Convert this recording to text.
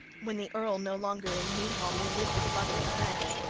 when the earl no longer in mead-hall may live with loving friends.